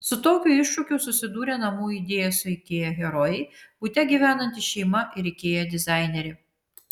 su tokiu iššūkiu susidūrė namų idėja su ikea herojai bute gyvenanti šeima ir ikea dizainerė